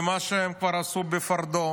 ועל מה שהם כבר עשו בפורדו.